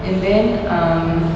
and then um